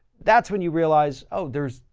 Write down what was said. that's when you realize, oh, there's,